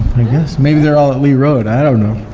i guess, maybe they're all at lee road, i don't know,